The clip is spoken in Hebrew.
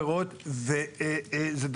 גם עלול לפגוע בו.